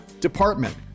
department